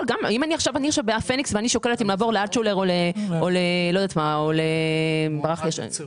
אם אני עכשיו בהפניקס ואני שוקלת אם לעבור לאלטשולר או לחברה אחרת.